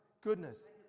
goodness